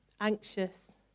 Anxious